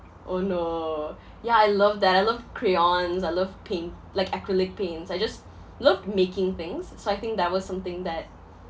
oh no yeah I love that I love crayons I love paint like acrylic paints I just love making things so I think that was something that